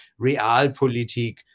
realpolitik